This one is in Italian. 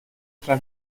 tre